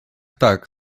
tak